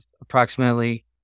approximately